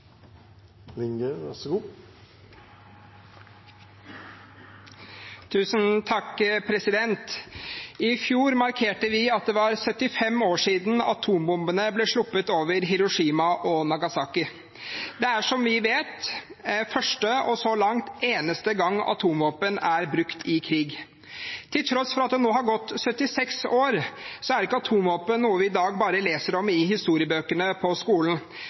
I fjor markerte vi at det var 75 år siden atombombene ble sluppet over Hiroshima og Nagasaki. Det er, som vi vet, første og så langt eneste gang atomvåpen er brukt i krig. Til tross for at det nå har gått 76 år, er ikke atomvåpen noe vi i dag bare leser om i historiebøkene på skolen.